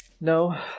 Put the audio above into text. No